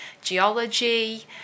geology